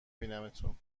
بینمتون